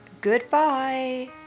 Goodbye